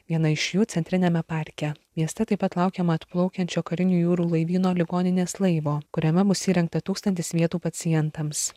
viena iš jų centriniame parke mieste taip pat laukiama atplaukiančio karinio jūrų laivyno ligoninės laivo kuriame bus įrengta tūkstantis vietų pacientams